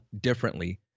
differently